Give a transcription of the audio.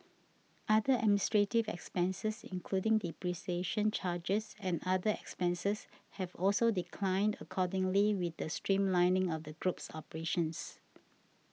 other administrative expenses including depreciation charges and other expenses have also declined accordingly with the streamlining of the group's operations